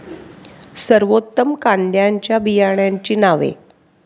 सर्वोत्तम कांद्यांच्या बियाण्यांची नावे?